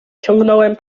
ciągnąłem